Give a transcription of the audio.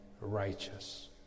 righteous